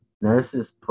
Nurses